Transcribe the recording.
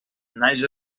naix